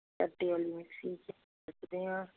ਚਾਟੀ ਵਾਲੀ ਮਿਕਸੀ 'ਚ ਰਿੜਕਦੇ ਹਾਂ